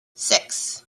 six